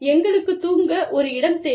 எங்களுக்குத் தூங்க ஒரு இடம் தேவை